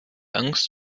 angst